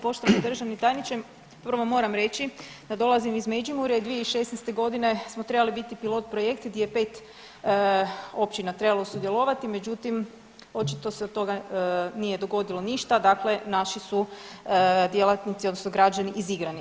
Poštovani državni tajniče prvo moram reći da dolazim iz Međimurja i 2016. godine smo trebali biti pilot projekt gdje je 5 općina trebalo sudjelovati međutim očito se od toga nije dogodilo ništa, dakle naši su djelatnici odnosno građani izigrani.